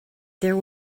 there